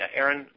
Aaron